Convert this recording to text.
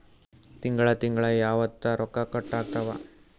ತಿಂಗಳ ತಿಂಗ್ಳ ಯಾವತ್ತ ರೊಕ್ಕ ಕಟ್ ಆಗ್ತಾವ?